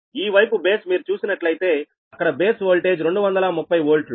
ఈ వైపు బేస్ మీరు చూసినట్లయితే అక్కడ బేస్ ఓల్టేజ్ 230 వోల్ట్ లు